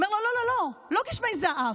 הוא אומר לו: לא, לא, לא גשמי זעף.